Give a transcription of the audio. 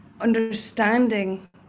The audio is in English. understanding